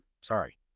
sorry